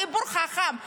הציבור חכם.